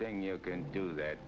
thing you can do that